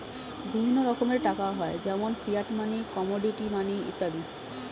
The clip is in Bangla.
বিভিন্ন রকমের টাকা হয় যেমন ফিয়াট মানি, কমোডিটি মানি ইত্যাদি